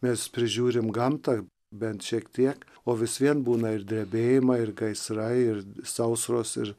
mes prižiūrim gamtą bent šiek tiek o vis vien būna ir drebėjimai ir gaisrai ir sausros ir